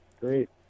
great